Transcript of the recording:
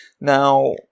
Now